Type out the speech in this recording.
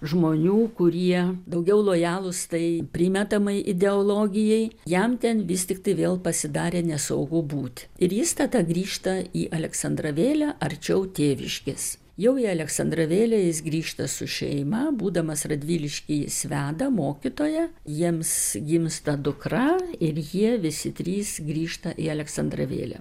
žmonių kurie daugiau lojalūs tai primetamai ideologijai jam ten vis tiktai vėl pasidarė nesaugu būt ir jis tada grįžta į aleksandravėlę arčiau tėviškės jau į aleksandravėlę jis grįžta su šeima būdamas radvilišky jis veda mokytoją jiems gimsta dukra ir jie visi trys grįžta į aleksandravėlę